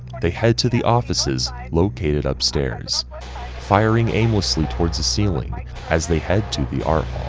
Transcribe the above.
they head to the offices located upstairs firing aimlessly towards the ceiling as they head to the art.